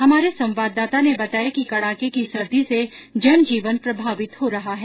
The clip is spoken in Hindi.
हमारे संवाददाता ने बताया कि कड़ाके की सर्दी से जनजीवन प्रभावित हो रहा है